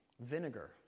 vinegar